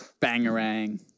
Bangarang